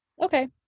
okay